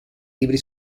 libri